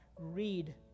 read